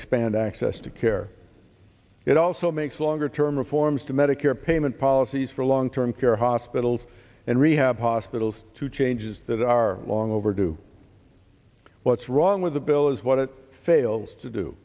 expand access to care it also makes longer term reforms to medicare payment policies for long term care hospitals and rehab hospitals to changes that are long overdue what's wrong with the bill is what it fails to do